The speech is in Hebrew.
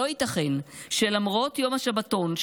לא ייתכן שלמרות יום השבתון,